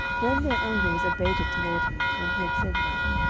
then their anger was abated toward him, when he had said that.